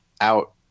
out